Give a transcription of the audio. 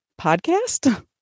podcast